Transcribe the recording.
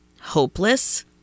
Hopeless